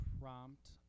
prompt